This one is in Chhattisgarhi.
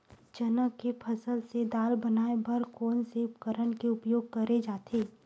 चना के फसल से दाल बनाये बर कोन से उपकरण के उपयोग करे जाथे?